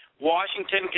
Washington